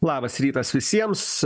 labas rytas visiems